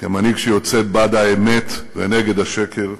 כמנהיג שיוצא בעד האמת ונגד השקר,